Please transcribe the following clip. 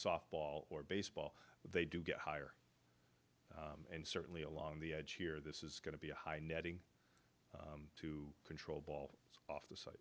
softball or baseball they do get higher and certainly along the edge here this is going to be a high netting to control ball off the si